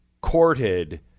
courted